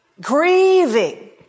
grieving